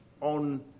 on